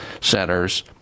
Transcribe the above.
centers